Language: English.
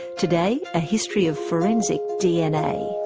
today, a history of forensic dna.